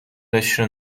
قشر